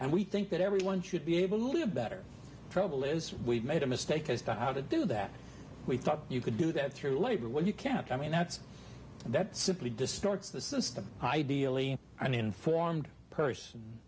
and we think that everyone should be able to live better trouble is we've made a mistake as to how to do that we thought you could do that through labor what you can't i mean that's that simply distorts the system ideally an informed person